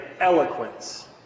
eloquence